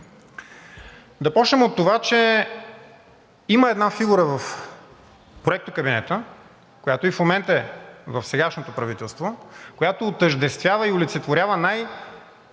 Да започнем от това, че има една фигура в проектокабинета, която и в момента е в сегашното правителство, която отъждествява и олицетворява най-ярко